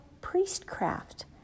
priestcraft